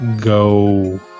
go